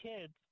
kids